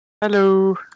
Hello